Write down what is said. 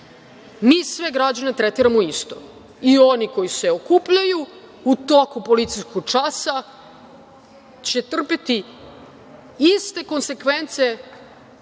mi sve građane tretiramo isto i oni koji se okupljaju u toku policijskog časa će trpeti iste konsekvence